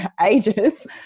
ages